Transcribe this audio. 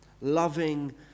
Loving